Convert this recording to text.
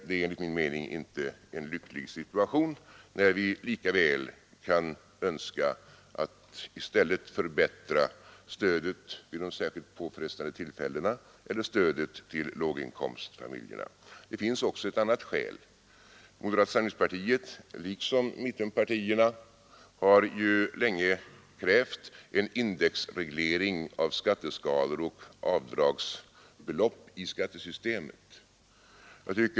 Det är enligt min mening inte någon lycklig situation, när vi lika väl kan önska att i stället förbättra stödet vid de särskilt påfrestande tillfällena eller stödet till låginkomstfamiljerna. Det finns också ett annat skäl. Moderata samlingspartiet, liksom mittenpartierna, har ju länge krävt en indexreglering av skatteskalor och avdragsbelopp i skattesystemet.